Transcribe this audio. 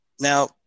Now